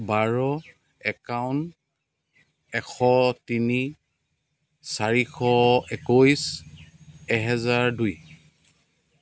বাৰ একাৱন্ন এশ তিনি চাৰিশ একৈছ এহেজাৰ দুই